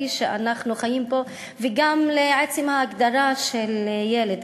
שאנחנו חיים בו וגם לעצם ההגדרה של ילד.